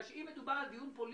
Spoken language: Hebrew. אם מדובר על דיון פוליטי,